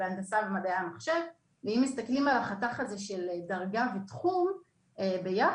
הנדסה ומדעי המחשב ואם מסתכלים על החתך הזה של דרגה ותחום ביחד